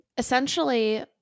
Essentially